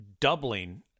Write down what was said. Doubling